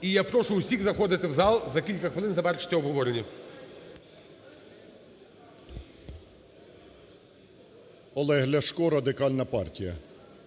І я прошу всіх заходити в зал, за кілька хвилин завершиться обговорення. 10:34:45 ЛЯШКО О.В. Олег Ляшко, Радикальна партія.